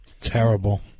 Terrible